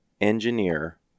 engineer